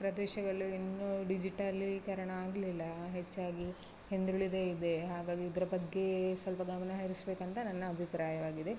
ಪ್ರದೇಶಗಳು ಇನ್ನೂ ಡಿಜಿಟಲೀಕರಣ ಆಗಲಿಲ್ಲ ಹೆಚ್ಚಾಗಿ ಹಿಂದುಳಿದೇ ಇದೆ ಹಾಗಾಗಿ ಇದರ ಬಗ್ಗೆ ಸ್ವಲ್ಪ ಗಮನ ಹರಿಸಬೇಕಂತ ನನ್ನ ಅಭಿಪ್ರಾಯವಾಗಿದೆ